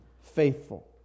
faithful